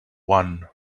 one